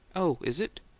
oh, is it?